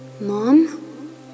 Mom